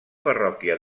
parròquia